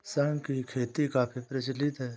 शंख की खेती काफी प्रचलित है